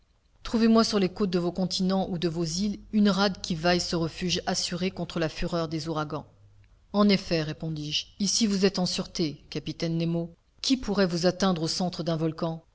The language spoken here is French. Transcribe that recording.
trouvez-moi sur les côtes de vos continents ou de vos îles une rade qui vaille ce refuge assuré contre la fureur des ouragans en effet répondis-je ici vous êtes en sûreté capitaine nemo qui pourrait vous atteindre au centre d'un volcan